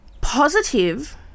positive